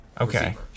Okay